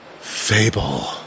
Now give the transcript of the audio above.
Fable